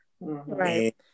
Right